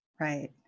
right